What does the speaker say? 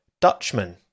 Dutchman